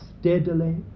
steadily